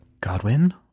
Godwin